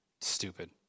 stupid